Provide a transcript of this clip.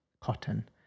cotton